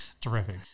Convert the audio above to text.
terrific